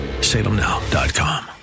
Salemnow.com